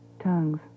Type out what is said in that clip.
tongues